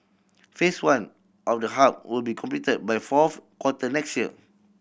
Phase One of the hub will be completed by fourth quarter next year